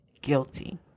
guilty